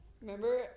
Remember